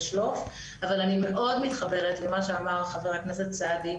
אבל אני מאוד מתחברת למה שאמר חבר הכנסת סעדי,